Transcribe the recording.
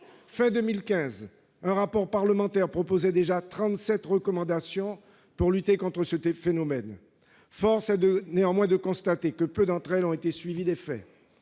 de 2015, un rapport parlementaire proposait déjà trente-sept recommandations pour lutter contre ce phénomène. Force est néanmoins de constater que peu d'entre elles ont été suivies d'effets.